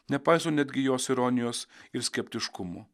nepaiso netgi jos ironijos ir skeptiškumo